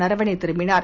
நரவனேதிரு ம்பினார்